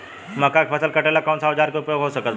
मक्का के फसल कटेला कौन सा औजार के उपयोग हो सकत बा?